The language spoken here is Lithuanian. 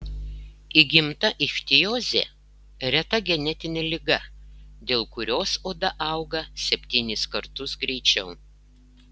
įgimta ichtiozė reta genetinė liga dėl kurios oda auga septynis kartus greičiau